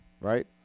right